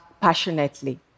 passionately